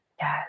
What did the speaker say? yes